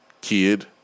kid